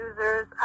users